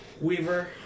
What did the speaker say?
Weaver